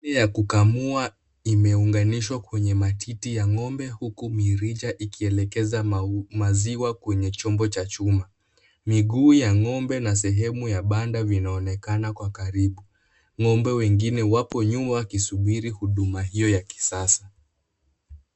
Mashine ya kukamua imeunganishwa kwenye matiti ya ng'ombe huku mirija ikielekeza maziwa kwenye chombo cha chuma. Miguu ya ng'ombe na sehemu ya banda vinaonekana kwa karibu. Ng'ombe wengine wapo nyuma wakisubiri huduma hiyo ya kisasa.